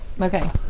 Okay